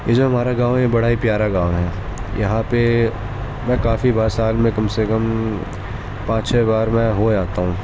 یہ جو ہمارا گاؤں ہے یہ بڑا ہی پیارا گاؤں ہے یہاں پہ میں کافی بار سال میں کم سے کم پانچ چھ بار میں ہو آتا ہوں